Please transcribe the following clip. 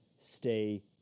stay